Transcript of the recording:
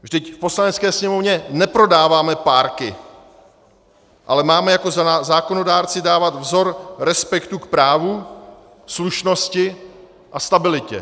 Vždyť v Poslanecké sněmovně neprodáváme párky, ale máme jako zákonodárci dávat vzor respektu k právu, slušnosti a stabilitě.